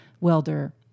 welder